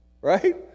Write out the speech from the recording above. right